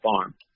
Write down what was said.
farm